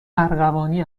ارغوانی